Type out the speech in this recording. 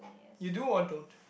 you do or don't